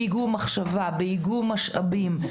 באיגום מחשבה ובאיגום משאבים,